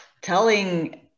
telling